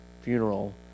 funeral